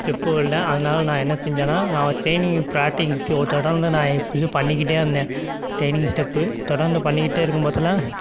step வரல அதனால் நான் என்ன செஞ்சேன்னால் நான் ஒரு ட்ரைனிங்கு ப்ராக்டீஸ் ஒரு தட வந்து நான் இது பண்ணிக்கிட்டே இருந்தேன் ட்ரைனிங் ஸ்டெப்பு தொடர்ந்து பண்ணிக்கிட்டே இருக்கும் போதெல்லாம்